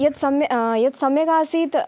यत् सम्य यत् सम्यगासीत्